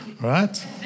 right